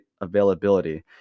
availability